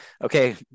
okay